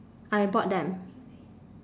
I bought them